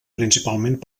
principalment